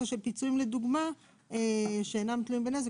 של פיצויים לדוגמה שאינם תלויים בנזק,